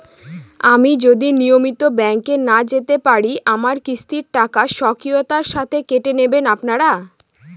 আমি যদি নিয়মিত ব্যংকে না যেতে পারি আমার কিস্তির টাকা স্বকীয়তার সাথে কেটে নেবেন আপনারা?